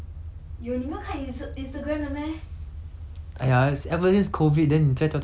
!aiya! 要不是 this COVID then 你在家就是玩 game liao mah 玩 game 哪里可哪里有时间去看这种无聊的东西